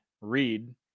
read